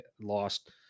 lost